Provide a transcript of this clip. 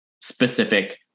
specific